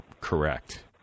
correct